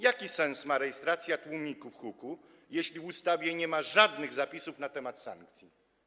Jaki sens ma rejestracja tłumików huku, jeśli w ustawie nie ma żadnych zapisów na temat sankcji?